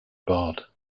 barred